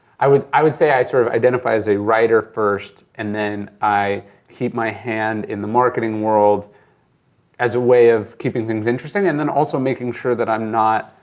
i would i would say i sort of identify as a writer first and then i keep my hand in the marketing world as a way of keeping things interesting and then also making sure that i'm not,